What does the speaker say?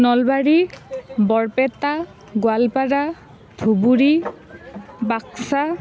Nalbari Barpeta Goalpara Dhubri Baksa